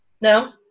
no